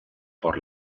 por